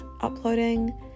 uploading